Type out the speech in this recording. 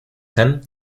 ten